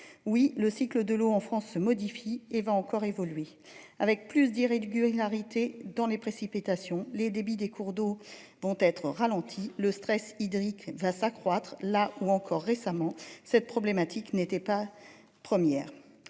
Oui, le cycle de l'eau en France se modifie et va encore évoluer avec plus y réduire hilarité dans les précipitations. Les débits des cours d'eau vont être ralentis le stress hydrique va s'accroître, là où encore récemment, cette problématique n'était pas première.